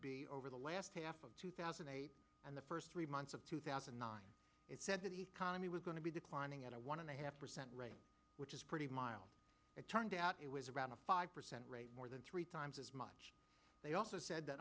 be over the last half of two thousand and eight and the first three months of two thousand and nine it said that the economy was going to be declining at a one and a half percent rate which is pretty mild it turned out it was about a five percent rate more than three times as much they also said that